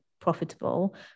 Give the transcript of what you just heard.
profitable